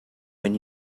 when